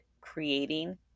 creating